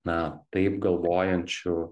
na taip galvojančių